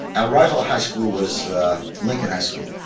our rival high school was ah lincoln high school.